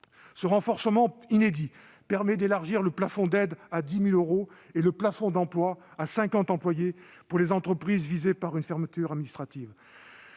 Ce renforcement inédit permet d'élargir le plafond d'aide à 10 000 euros et le plafond d'emplois à 50 employés pour les entreprises visées par une mesure de fermeture administrative.